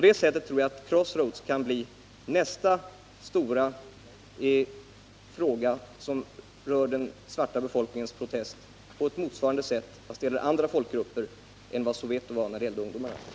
Det är möjligt att Crossroads kan komma att bli symbolen för den svarta befolkningens protest i lika hög grad som Soveto även om det här gäller andra kategorier av befolkningen än ungdomarna i Soveto.